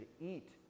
eat